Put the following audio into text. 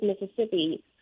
Mississippi